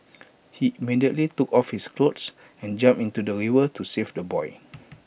he immediately took off his clothes and jumped into the river to save the boy